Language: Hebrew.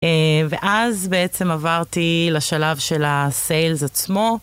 ואז בעצם עברתי לשלב של הסיילס עצמו.